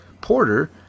porter